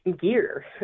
gear